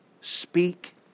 speak